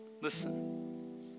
Listen